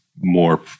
more